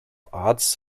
arts